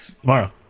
Tomorrow